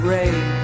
Rain